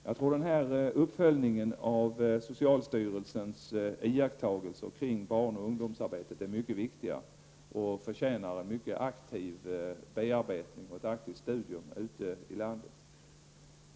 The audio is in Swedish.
Jag tror att uppföljningen av socialstyrelsens iakttagelser om barn och ungdomsarbetet är mycket viktig och förtjänar en mycket aktiv bearbetning och studium ute i landet.